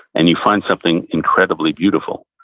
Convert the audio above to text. and you find something incredibly beautiful.